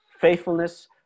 faithfulness